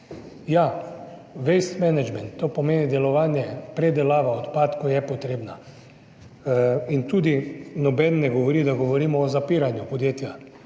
Ja, waste management, to pomeni delovanje, predelava odpadkov, je potreben in tudi noben ne govori, da govorimo o zapiranju podjetja.